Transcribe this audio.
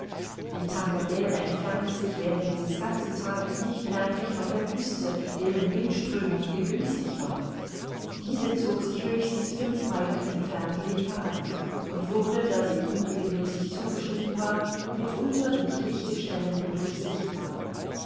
die tankadere entfernte sich während dieses ganzen tages nicht merklich von der küste deren windströmung ihr günstig war diese zog sich höchstens fünf meilen entfernt linker hand und wurde da sie unregelmäßig zugeschnitten war mitunter durch lichte stellen hindurch sichtbar